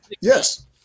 yes